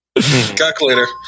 Calculator